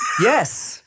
Yes